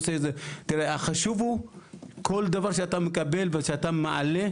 חשוב שכל דבר שאתה מקבל ושאתה מעלה,